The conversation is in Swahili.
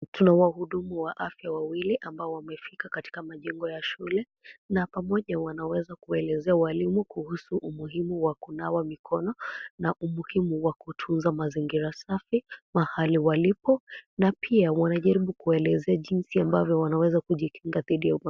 Tuna wahudumu wa afya wawili ambao wamefika katika majengo ya shule na pamoja wanaweza kuwaelezea walimu kuhusu umuhimu wa kunawa mikono na umuhimu wa kutunza mazingira safi mahali walipo na pia wanajaribu kuwaelezea jinsi ambavyo wanaeza kujikinga dhidi ya .